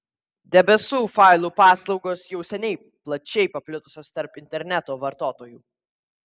debesų failų paslaugos jau seniai plačiai paplitusios tarp interneto vartotojų